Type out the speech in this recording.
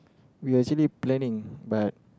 we actually planning but